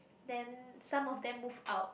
then some of them move out